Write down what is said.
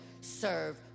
serve